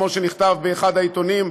כמו שנכתב באחד העיתונים,